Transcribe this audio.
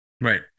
Right